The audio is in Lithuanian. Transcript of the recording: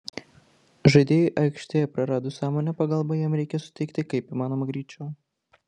žaidėjui aikštėje praradus sąmonę pagalbą jam reikia suteikti kaip įmanoma greičiau